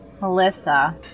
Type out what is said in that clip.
Melissa